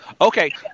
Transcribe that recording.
Okay